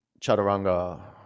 chaturanga